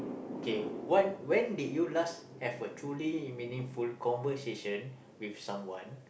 kay what when did you last have a truly meaningful conversation with someone